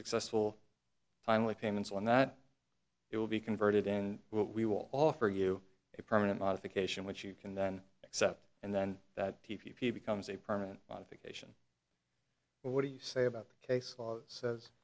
successful finally payments on that it will be converted and we will offer you a permanent modification which you can then accept and then that p v p becomes a permanent modification what do you say about the case law